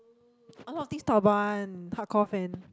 a lot of things talk about one hardcore fan